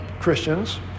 Christians